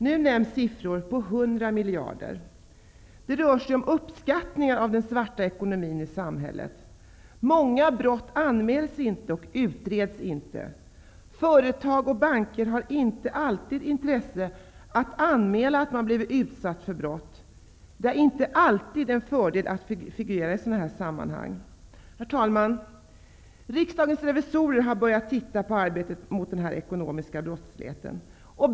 Nu nämns siffran 100 miljarder kronor. Det rör sig om uppskattningar av den svarta ekonomin i samhället. Många brott varken anmäls eller utreds. Företag och banker har i vissa fall inte något intresse av att anmäla att de har blivit utsatta för brott. Det är inte alltid en fördel att figurera i sådana sammanhang. Herr talman! Riksdagens revisorer har börjat att se över arbetet mot den ekonomiska brottsligheten.